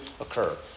occur